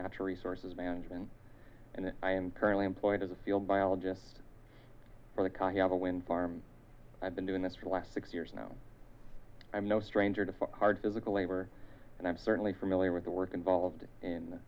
natural resources management and i am currently employed as a field biologist for the ca have a wind farm i've been doing this for the last six years now i'm no stranger to hard physical labor and i'm certainly familiar with the work involved in